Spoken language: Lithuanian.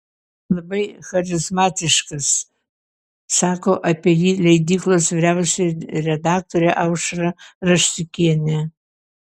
labai charizmatiškas sako apie jį leidyklos vyriausioji redaktorė aušra raštikienė